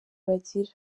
bagira